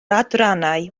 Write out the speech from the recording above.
adrannau